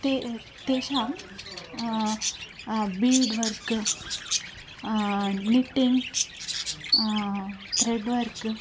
ते तेषां bead work knitting thread work